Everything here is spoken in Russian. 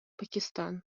пакистан